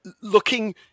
looking